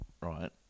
right